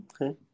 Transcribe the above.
Okay